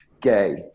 gay